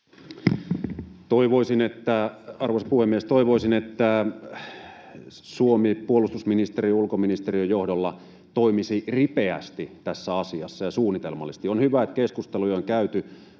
Arvoisa puhemies! Toivoisin, että Suomi puolustusministeriön ja ulkoministeriön johdolla toimisi tässä asiassa ripeästi ja suunnitelmallisesti. On hyvä, että keskusteluja on käyty,